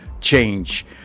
change